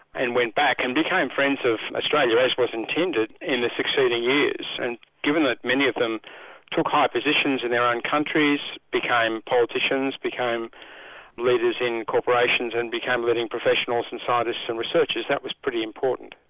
and went back and became friends of australia, as was intended in the succeeding years, and given that many of them took high positions in their own countries, became politicians, became leaders in corporations and became living professionals and scientists and researchers, that was pretty important.